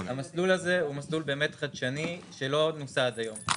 המסלול הזה הוא מסלול באמת חדשני שלא נוסה עד היום,